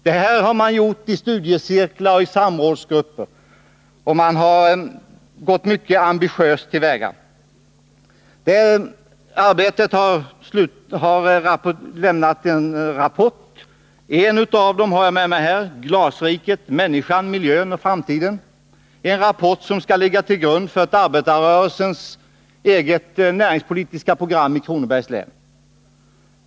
Det här har man gjort i studiecirklar och samrådsgrupper, och man har gått mycket ambitiöst till väga. Dessa arbetsgrupper har lämnat en rapport, och en av dem har jag med mig — Glasriket, människan, miljön och framtiden — en rapport som skall ligga till grund för arbetarrörelsens eget näringspolitiska program i Kronobergs län.